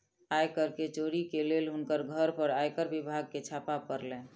आय कर के चोरी के लेल हुनकर घर पर आयकर विभाग के छापा पड़लैन